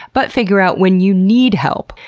but figure out when you need help,